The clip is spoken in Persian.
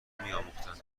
میآموختند